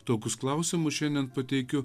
tokius klausimus šiandien pateikiu